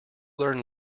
learn